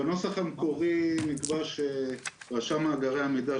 בנוסח המקורי נקבע שרשם מאגרי המידע,